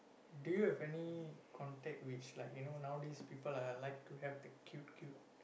do you have any contact which like you know nowadays people like to have the cute cute